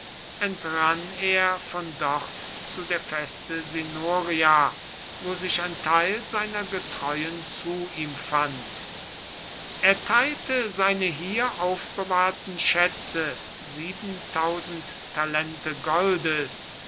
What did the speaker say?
entrann er von dort zu der feste sinoria wo sich ein teil seiner getreuen zu ihm fand er teilte seine hier aufbewahrten schätze talente goldes